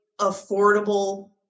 affordable